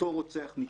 אותו רוצח נתעב.